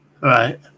Right